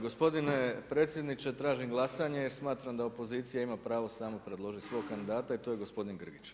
Gospodine predsjedniče tražim glasanje jer smatram da opozicija ima pravo samo predložiti svog kandidata i to je gospodin Grgić.